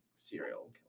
Serial